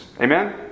Amen